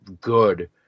good